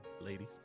ladies